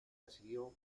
recibió